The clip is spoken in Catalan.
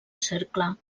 cercle